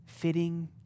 fitting